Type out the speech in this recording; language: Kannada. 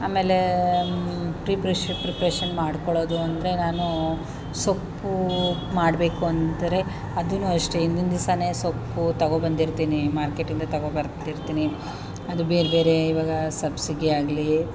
ಆಮೇಲೇ ಪ್ರೀ ಪ್ರಿಷ್ ಪ್ರಿಪ್ರೇಷನ್ ಮಾಡ್ಕೊಳ್ಳೋದು ಅಂದರೆ ನಾನೂ ಸೊಪ್ಪು ಮಾಡಬೇಕು ಅಂದರೆ ಅದೂ ಅಷ್ಟೇ ಹಿಂದಿನ ದಿವಸನೇ ಸೊಪ್ಪು ತಗೊ ಬಂದಿರ್ತೀನಿ ಮಾರ್ಕೇಟಿಂದ ತಗೊ ಬರ್ತಿರ್ತೀನಿ ಅದು ಬೇರೆ ಬೇರೇ ಇವಾಗ ಸಬ್ಬಸಿಗೆ ಆಗಲಿ